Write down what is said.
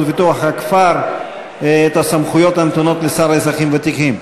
ופיתוח הכפר את הסמכויות הנתונות לשר לאזרחים ותיקים?